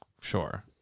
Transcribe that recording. sure